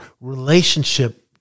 relationship